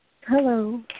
Hello